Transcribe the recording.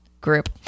group